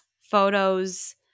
photos